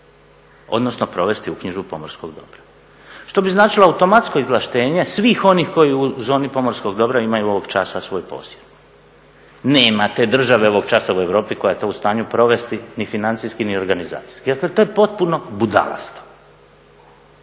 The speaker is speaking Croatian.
odnosno provesti uknjižbu pomorskog dobra što bi značilo automatsko izvlaštenje svih onih koji u zoni pomorskog dobra imaju ovog časa svoj posjed. Nema te države ovog časa u Europi koja je to u stanju provesti ni financijski ni organizacijski. Dakle, to je potpuno budalasto.